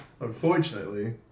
Unfortunately